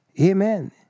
Amen